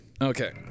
Okay